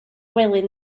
gwely